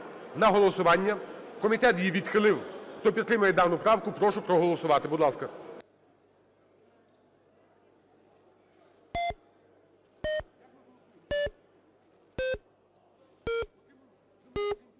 на голосування. Комітет її відхилив. Хто підтримує дану правку, прошу проголосувати. Будь ласка.